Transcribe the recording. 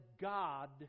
God